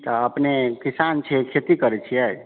तऽ अपने किसान छियै खेती करै छियै